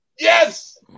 Yes